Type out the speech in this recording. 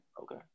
Okay